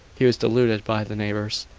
he was deluded by the neighbours,